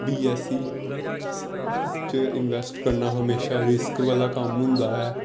B S E ਸ 'ਚ invest ਕਰਨਾ ਹਮੇਸ਼ਾ ਰਿਸਕ ਵਾਲਾ ਕੰਮ ਹੁੰਦਾ ਹੈ